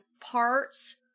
parts